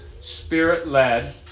spirit-led